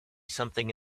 something